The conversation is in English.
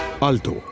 Alto